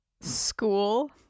school